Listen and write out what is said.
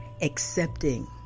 accepting